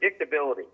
predictability